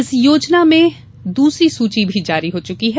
इस योजना में दूसरी सूची भी जारी हो चुकी है